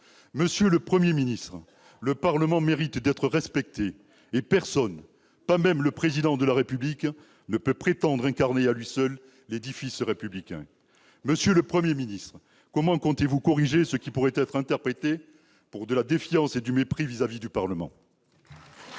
pas eu connaissance ? Le Parlement mérite d'être respecté et personne, pas même le Président de la République, ne peut prétendre incarner à lui seul l'édifice républicain. Comment comptez-vous corriger ce qui pourrait être interprété comme de la défiance et du mépris vis-à-vis du Parlement ?